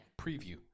Preview